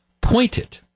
pointed